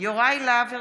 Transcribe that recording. יוראי להב הרצנו,